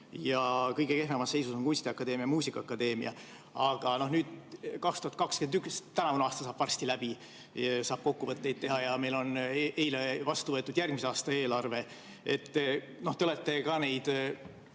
Kõige kehvemas seisus on kunstiakadeemia ja muusikaakadeemia. Aga 2021., tänavune aasta saab varsti läbi, saab kokkuvõtteid teha. Meil on eile vastu võetud järgmise aasta eelarve. Te olete neid